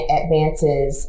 advances